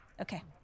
Okay